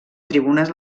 tribuna